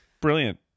Brilliant